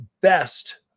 best